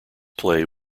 play